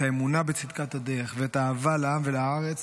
את האמונה בצדקת הדרך ואת האהבה לעם ולארץ